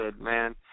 man